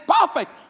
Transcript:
perfect